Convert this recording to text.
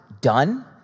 done